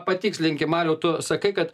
patikslinkim mariau tu sakai kad